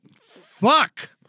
Fuck